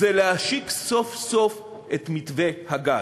זה להשיק סוף-סוף את מתווה הגז,